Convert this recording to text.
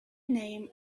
name